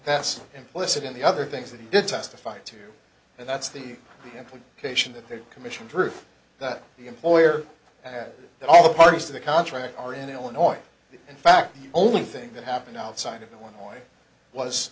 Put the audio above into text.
that's implicit in the other things that he did testified to and that's the implication that the commission truth that the employer and all the parties to the contract are in illinois in fact the only thing that happened outside of illinois was